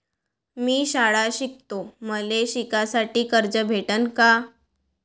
मी शाळा शिकतो, मले शिकासाठी कर्ज भेटन का?